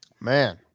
Man